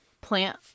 plant